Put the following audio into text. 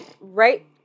right